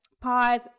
Pause